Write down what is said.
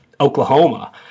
Oklahoma